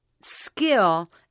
skill